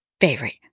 favorite